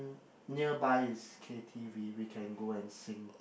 nearby it's K_t_v we can go and sing